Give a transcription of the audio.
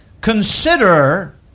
Consider